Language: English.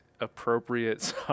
appropriate